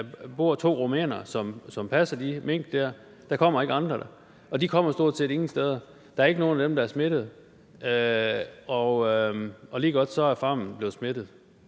der bor to rumænere, som passer de mink der. Der kommer ikke andre dér, og de kommer stort set ingen steder. Der er ikke nogen af dem, der er smittede, og ligegodt så er farmen blevet smittet.